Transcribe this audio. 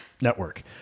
network